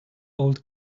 old